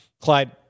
clyde